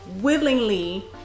willingly